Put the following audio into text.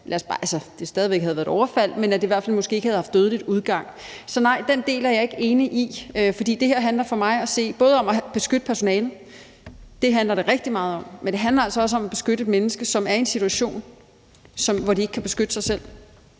det stadig væk havde været et overfald, så havde det i hvert fald ikke haft dødelig udgang. Så nej, den del er jeg ikke enig i, for det her handler for mig at se både om at beskytte personalet – det handler det rigtig meget om – men det handler altså også om at beskytte et menneske, som er i en situation, hvor man ikke kan beskytte sig selv.